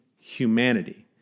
humanity